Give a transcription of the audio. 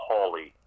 Hawley